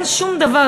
אין שום דבר,